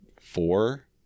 four